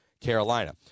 Carolina